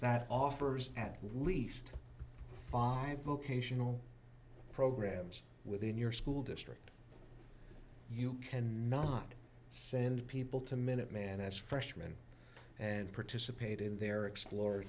that offers at least five vocational programs within your school district you can not send people to minuteman as freshman and participate in their